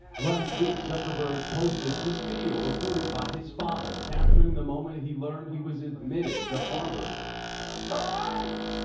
last week zuckerberg posted this video recorded by his father, capturing the moment he learned he was admitted to harvard. all right!